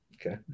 Okay